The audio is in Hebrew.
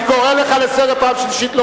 אני קורא אותך לסדר פעם שלישית.